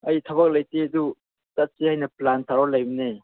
ꯑꯩ ꯊꯕꯛ ꯂꯩꯇꯦ ꯑꯗꯨ ꯆꯠꯁꯦ ꯍꯥꯏꯅ ꯄ꯭ꯂꯥꯟ ꯇꯧꯔ ꯂꯩꯕꯅꯦ